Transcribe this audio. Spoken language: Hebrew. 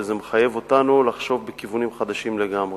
וזה מחייב אותנו לחשוב בכיוונים חדשים לגמרי.